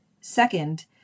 Second